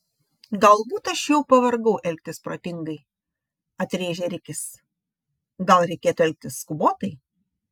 galbūt aš jau pavargau elgtis protingai atrėžė rikis gal reikėtų elgtis skubotai